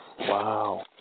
wow